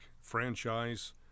franchise